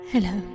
Hello